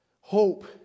Hope